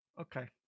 Okay